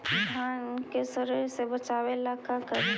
धान के सड़े से बचाबे ला का करि?